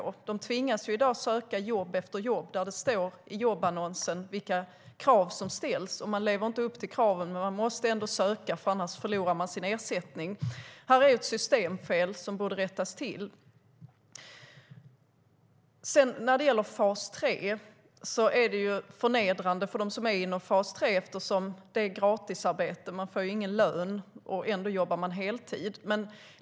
Många arbetslösa tvingas i dag söka jobb efter jobb, och även om de inte lever upp till de krav som ställs i jobbannonsen måste de söka. Annars förlorar de sin ersättning. Detta systemfel borde rättas till. Fas 3 är förnedrande eftersom det är gratisarbete. Man får ingen lön fast man jobbar heltid.